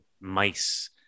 mice